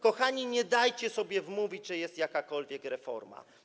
Kochani, nie dajcie sobie wmówić, że jest jakakolwiek reforma.